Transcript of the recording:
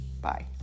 Bye